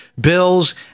bills